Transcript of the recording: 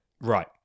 Right